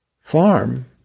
farm